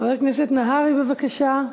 חבר הכנסת נהרי, בבקשה.